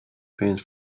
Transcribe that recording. paint